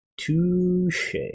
Touche